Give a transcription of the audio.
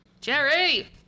Jerry